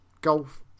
golf